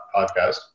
podcast